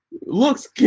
looks